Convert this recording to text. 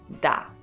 DA